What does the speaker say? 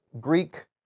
Greek